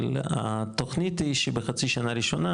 אבל התוכנית היא שבחצי שנה הראשונה,